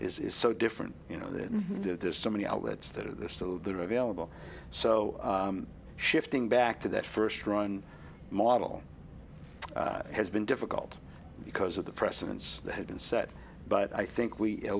is is so different you know that there's so many outlets that are there still are available so shifting back to the first run model has been difficult because of the precedence that has been set but i think we